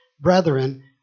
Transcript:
Brethren